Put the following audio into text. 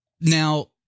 Now